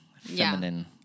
feminine